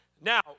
Now